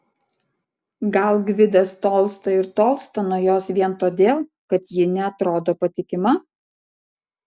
gal gvidas tolsta ir tolsta nuo jos vien todėl kad ji neatrodo patikima